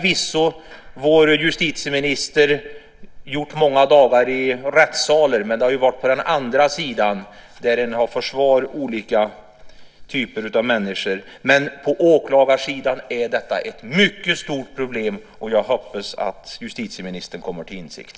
Vår justitieminister har förvisso varit många dagar i rättssalar, men det har varit på den andra sidan, där man försvarar olika typer av människor. På åklagarsidan är detta ett mycket stort problem, och jag hoppas att justitieministern kommer till insikt.